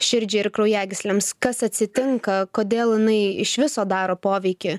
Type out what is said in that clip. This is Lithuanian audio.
širdžiai ir kraujagyslėms kas atsitinka kodėl jinai iš viso daro poveikį